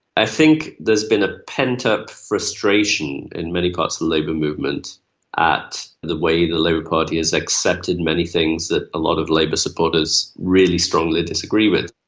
i think there has been a pent-up frustration in many parts of the labour movement at the way the labour party has accepted many things that a lot of labour supporters really strongly disagree with.